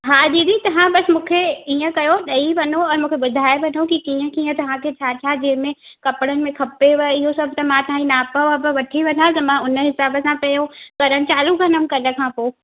हा दीदी तव्हां बसि मुखे ईअं कयो ॾेई वञो ओर मूंखे ॿुधाये वठो की कीअं कीअं तव्हांखे छा छा जे में कपिड़नि में खपेव इहो सभु त मां तव्हांजी नाप वाप वठी वञा त मां उन हिसाब सां पहिरियों करन चालू कंदमि कल्ह खां पोइ